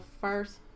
first